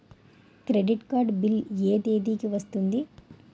Credit card bill ఎ తేదీ కి వస్తుంది?